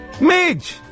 Midge